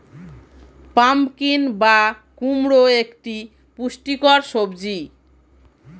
pumpkin বা কুমড়ো একটি পুষ্টিকর সবজি